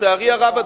לצערי הרב,